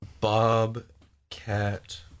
bobcat